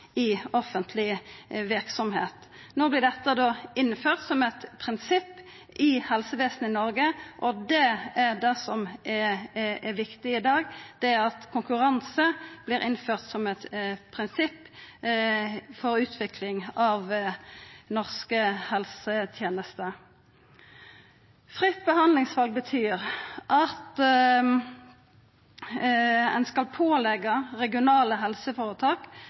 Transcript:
i offentlig virksomhet.» No vert dette innført som eit prinsipp i helsevesenet i Noreg, og det er det som er viktig i dag: at konkurranse vert innført som eit prinsipp for utvikling av norske helsetenester. Fritt behandlingsval betyr at ein skal påleggja regionale helseføretak